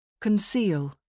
Conceal